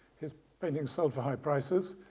his paintings sold for high prices,